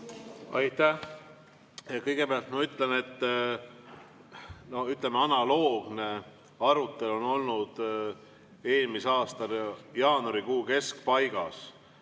Aitäh! Kõigepealt ma ütlen, et analoogne arutelu oli eelmise aasta jaanuarikuu keskpaigas